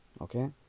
okay